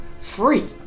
free